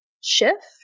shift